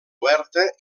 oberta